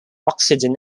oxygen